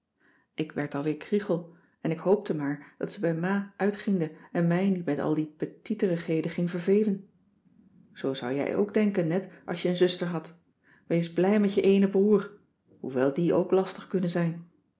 ik werd alweer kriegel en ik hoopte maar dat ze bij ma uitgriende en mij niet met al die petieterigheden ging vervelen zoo zou jij ook denken net als je een zuster had wees blij met je eenen broer hoewel die ook lastig kunnen zijn